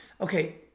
Okay